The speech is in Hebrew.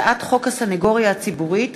הצעת חוק הסנגוריה הציבורית